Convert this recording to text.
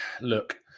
look